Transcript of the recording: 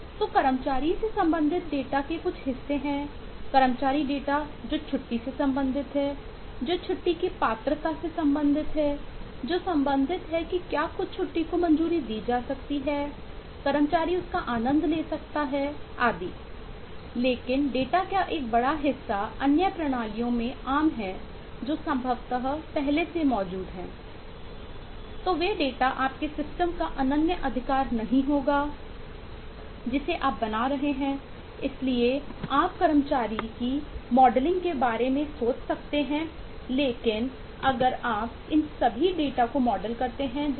तो कर्मचारी से संबंधित डेटा के रूप में संदर्भित करेंगे